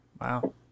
Wow